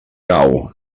cau